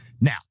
Now